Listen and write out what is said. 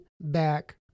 back